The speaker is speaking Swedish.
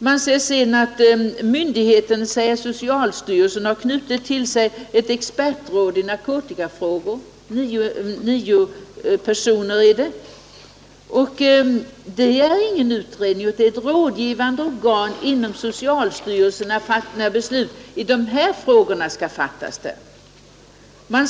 Det står i utskottets betänkande: ”Myndigheten” — alltså socialstyrelsen — ”har knutit till sig en expertgrupp på nio personer som rådgivande organ i narkotikafrågor.” Inte heller detta är en utredning, utan det är ett rådgivande organ inom socialstyrelsen, som träder i funktion när beslut i sådana frågor skall fattas.